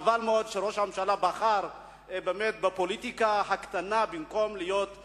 חבל מאוד שראש הממשלה בחר באמת בפוליטיקה הקטנה במקום להיות מדינאי,